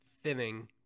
thinning